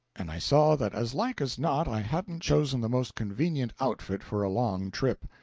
and i saw that as like as not i hadn't chosen the most convenient outfit for a long trip.